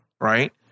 right